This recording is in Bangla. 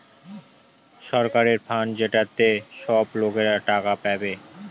সরকারের ফান্ড যেটাতে সব লোকরা টাকা পাবে